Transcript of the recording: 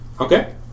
Okay